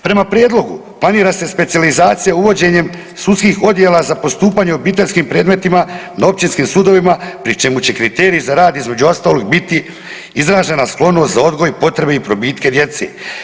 Prema prijedlogu planira se specijalizacija uvođenjem sudskih odjela za postupanje u obiteljskim predmetima na općinskim sudovima pri čemu će kriteriji za rad između ostalog biti izražena sklonost za odgoj, potrebe i probitke djece.